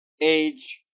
age